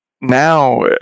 now